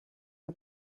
que